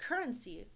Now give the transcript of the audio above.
currency